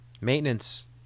maintenance